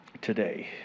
today